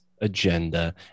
agenda